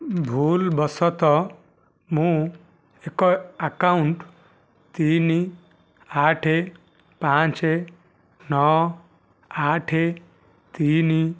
ଭୁଲ୍ ବଶତଃ ମୁଁ ଏକ ଆକାଉଣ୍ଟ୍ ତିନି ଆଠ ପାଞ୍ଚ ନଅ ଆଠ ତିନି